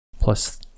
plus